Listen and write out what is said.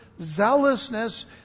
zealousness